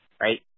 right